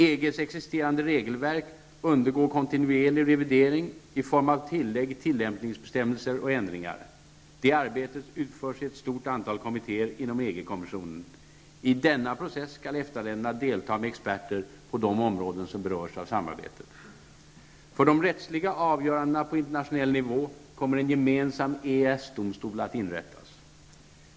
EGs existerande regelverk undergår kontintuerlig revidering i form av tillägg, tillämpningsbestämmelser och ändringar. Det arbetet utförs i ett stort antal kommittéer inom EG kommissionen. I denna process skall EFTA länderna delta med experter på de områden som berörs av samarbetet. -- För de rättsliga avgörandena på internationell nivå kommer en gemensam EES-domstol att inrättas.